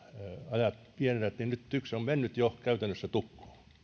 ajat pienenevät niin nyt tyks on mennyt jo käytännössä tukkoon